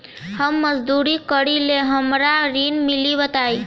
हम मजदूरी करीले हमरा ऋण मिली बताई?